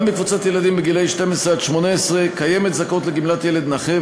גם בקבוצת הילדים בגיל 12 18 קיימת זכאות לגמלת ילד נכה,